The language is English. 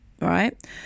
right